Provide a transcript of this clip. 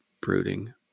brooding